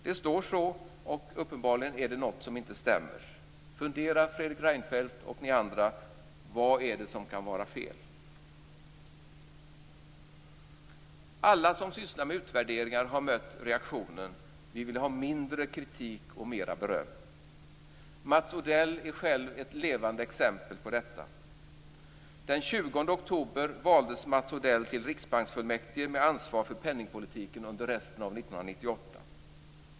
Det står så. Uppenbarligen är det något som inte stämmer. Fundera Fredrik Reinfelddt och ni andra vad det är som kan vara fel. Alla som sysslar med utvärderingar har mött reaktionen: Vi vill ha mindre kritik och mera beröm. Mats Odell är själv ett levande exempel på detta. Den 1998.